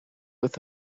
with